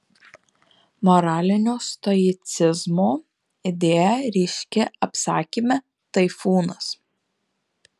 moralinio stoicizmo idėja ryški apsakyme taifūnas